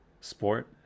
sport